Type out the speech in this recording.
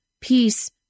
peace